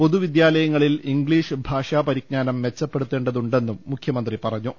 പൊതുവിദ്യാല യങ്ങളിൽ ഇംഗ്ലീഷ് ഭാഷാ പരിജ്ഞാനം മെച്ചപ്പെടുത്തേ ണ്ടതുണ്ടെന്നും മുഖ്യമന്ത്രി പറഞ്ഞു